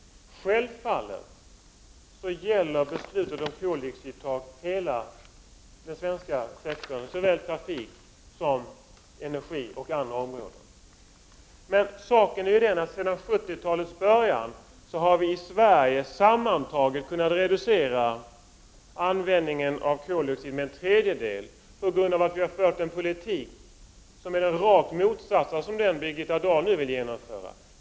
Beslutet om koldioxidtaket gäller självfallet hela den svenska sektorn, trafik, energi och andra områden. Sedan 1970-talets början har vi i Sverige faktiskt sammantaget kunnat reducera användningen av koldioxid med en tredjedel på grund av att vi har fört en politik som är den rakt motsatta mot den som Birgitta Dahl nu vill genomföra.